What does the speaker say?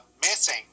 missing